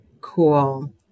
cool